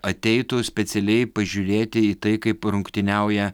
ateitų specialiai pažiūrėti į tai kaip rungtyniauja